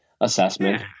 assessment